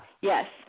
Yes